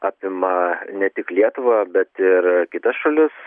apima ne tik lietuvą bet ir kitas šalis